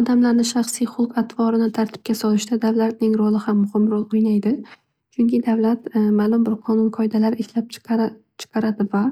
Odamlarni shaxsiy hulq atvorini tartibga solishda davlatni ro'li ham muhim ro'l o'ynaydi. Chunki davlat ma'lum bir qonun qoidalar ishlab chiqaradi va